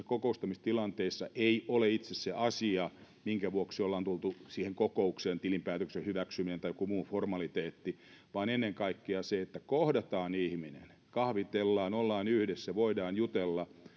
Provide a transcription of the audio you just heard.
kokoustamistilanteissa tarkoituksena ei ole itse se asia minkä vuoksi ollaan tultu siihen kokoukseen tilinpäätöksen hyväksyminen tai joku muu formaliteetti vaan ennen kaikkea se että kohdataan ihminen kahvitellaan ollaan yhdessä voidaan jutella